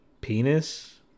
Penis